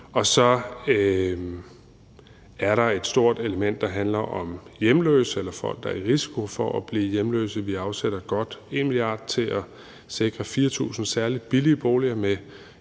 Så er der et stort element, der handler om hjemløse eller folk, der er i risiko for at blive hjemløse. Vi afsætter godt 1 mia. kr. til at sikre 4.000 særlig billige boliger med en